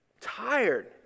tired